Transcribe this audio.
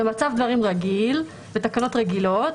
במצב דברים רגיל, בתקנות רגילות,